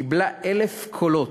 קיבלה 1,000 קולות.